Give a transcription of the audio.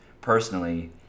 personally